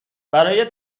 برای